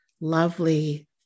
lovely